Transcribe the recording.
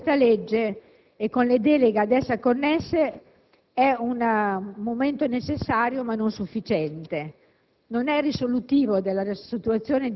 Il riordino che si otterrà con questa legge e con le deleghe ad essa connesse è un momento necessario ma non sufficiente.